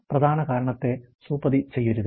പ്രധാന കാരണത്തെ സൂപ്പതി ചെയ്യരുത്